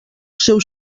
seu